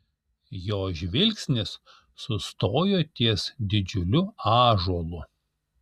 jo žvilgsnis sustojo ties didžiuliu ąžuolu